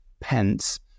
pence